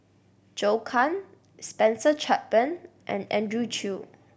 Zhou Can Spencer Chapman and Andrew Chew